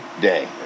day